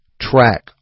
track